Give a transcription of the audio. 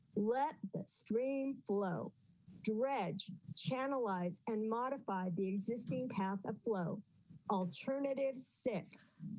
let the stream flow dredge channelized and modify the existing path of flow alternative six